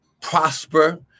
prosper